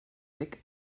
weg